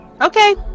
Okay